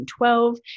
2012